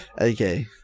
Okay